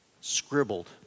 Scribbled